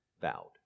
vowed